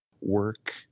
work